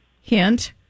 Hint